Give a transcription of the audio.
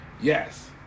Yes